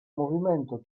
movimento